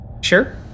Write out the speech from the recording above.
Sure